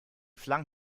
flung